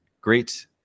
great